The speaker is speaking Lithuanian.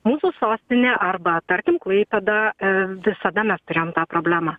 mūsų sostinė arba tarkim klaipėda visada mes turėjom tą problemą